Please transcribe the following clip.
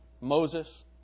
Moses